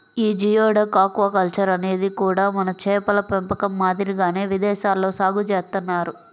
యీ geoduck aquaculture అనేది కూడా మన చేపల పెంపకం మాదిరిగానే విదేశాల్లో సాగు చేత్తన్నారు